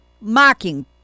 mocking